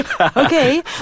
Okay